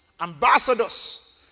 Ambassadors